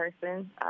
person